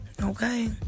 okay